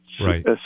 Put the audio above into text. Right